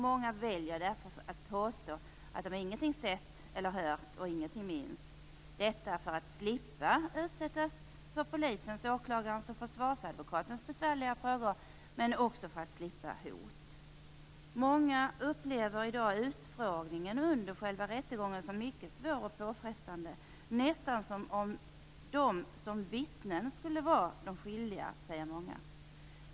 Många väljer därför att påstå att de ingenting sett eller hört och ingenting minns, detta för att slippa utsättas för polisens, åklagarens och försvarsadvokatens besvärliga frågor men också för att slippa hot. Många upplever i dag utfrågningen under själva rättegången som mycket svår och påfrestande, nästan som om de som vittnar skulle vara skyldiga, säger många.